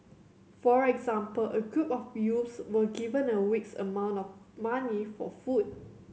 for example a group of youths were given a week's amount of money for food